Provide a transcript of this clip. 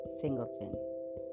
Singleton